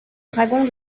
dragons